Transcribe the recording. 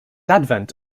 advent